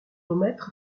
remettre